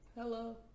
Hello